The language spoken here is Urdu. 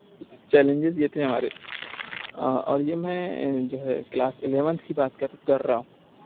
چیلنجز یہ تھے ہمارے اور یہ میں جو ہے کلاس الیونتھ کی بات کر کر رہا ہوں